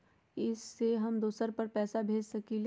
इ सेऐ हम दुसर पर पैसा भेज सकील?